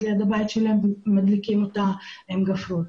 ליד הבית שלהם ומדליקים אותה עם גפרור.